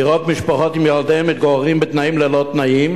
לראות משפחות עם ילדיהן מתגוררות בתנאים-לא-תנאים.